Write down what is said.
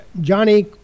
Johnny